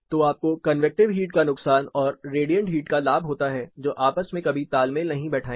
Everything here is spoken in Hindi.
तो आपको कन्वेक्टिव हीट का नुकसान और रेडिएंट हीट का लाभ होता है जो आपस में कभी तालमेल नहीं बैठाएंगे